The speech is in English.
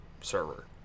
server